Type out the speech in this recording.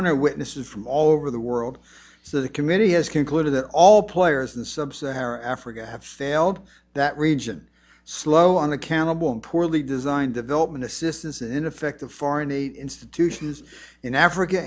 hundred witnesses from all over the world so the committee has concluded that all players in sub saharan africa have failed that region slow on accountable and poorly designed development assistance in effective foreign aid institutions in africa